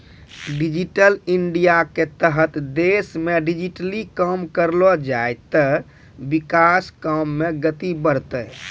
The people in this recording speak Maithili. डिजिटल इंडियाके तहत देशमे डिजिटली काम करलो जाय ते विकास काम मे गति बढ़तै